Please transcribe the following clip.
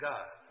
God